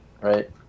right